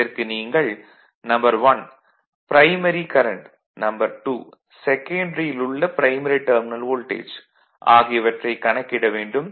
இதற்கு நீங்கள் 1 primary current 2 செகன்டரியில் உள்ள ப்ரைமரி டெர்மினல் வோல்டேஜ் ஆகியவற்றைக் கணக்கிட வேண்டும்